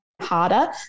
harder